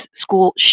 school